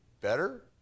Better